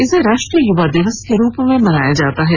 इसे राष्ट्रीय युवा दिवस के रूप में मनाया जाता है